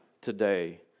today